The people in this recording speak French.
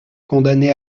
condamnés